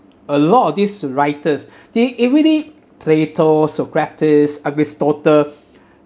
a lot of these writers the it really plato socrates aristotle